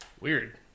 Weird